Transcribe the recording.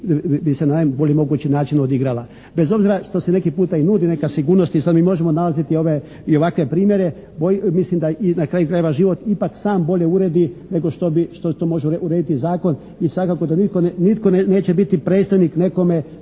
bi se na najbolji mogući način odigrala. Bez obzira što se neki puta i nudi neka sigurnost i sada mi možemo nalaziti ove i ovakve primjere, mislim da na kraju krajeva život ipak sam bolje uredi nego što to može urediti zakon i svakako da nitko neće biti predstavnik nekome